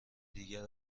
دیگر